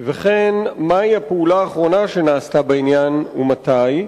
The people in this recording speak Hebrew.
וכן מהי הפעולה האחרונה שנעשתה בעניין ומתי?